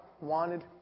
wanted